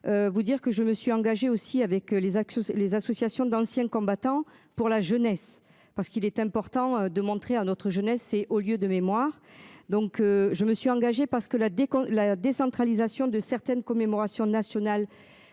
je me suis engagé aussi avec les actions les associations dans le sien combattant pour la jeunesse parce qu'il est important de montrer à notre jeunesse et au lieu de mémoire. Donc je me suis engagé parce que la déco, la décentralisation de certaines commémorations nationales.